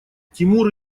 тимур